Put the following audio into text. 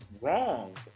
wrong